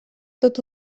tot